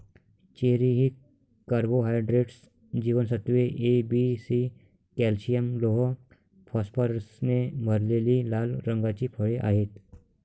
cherry ही carbohydrates, जीवनसत्त्वे A, B, C, calcium, लोह, फॉस्फरसने भरलेली लाल रंगाची फळे आहेत